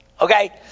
Okay